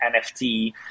NFT